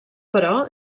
però